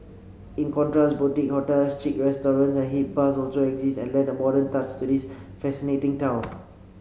in contrast boutique hotels chic restaurants and hip bars also exist and lend a modern touch to this fascinating town